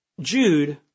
Jude